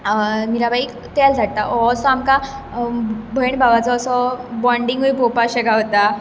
मिराबाइक तेल धाडटा हो असो आमकां भयण भावाचो बॉन्ड पावपाक अशें गावता